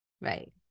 Right